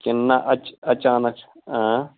کِنہٕ نہَ اَچا اَچانٛک چھُ